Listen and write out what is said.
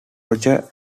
roger